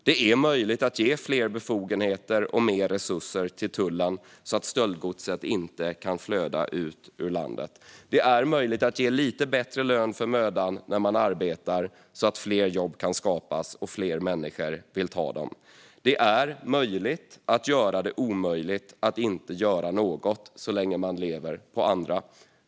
Det är möjligt att ge fler befogenheter och mer resurser till tullen så att stöldgodset inte kan flöda ut ur landet. Det är möjligt att ge lite bättre lön för mödan åt dem som arbetar så att fler jobb kan skapas och så att fler människor vill ta dem. Det är möjligt att göra det omöjligt att inte göra något så länge man lever på andra.